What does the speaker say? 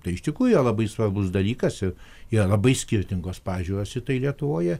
tai iš tikrųjų yra labai svarbus dalykas ir yra labai skirtingos pažiūros į tai lietuvoje